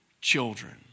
children